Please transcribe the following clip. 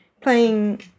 playing